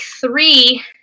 three